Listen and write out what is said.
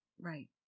Right